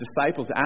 disciples